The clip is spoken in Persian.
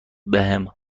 بهم